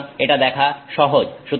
সুতরাং এটা দেখা সহজ